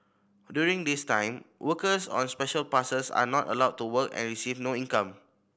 during this time workers on Special Passes are not allowed to work and receive no income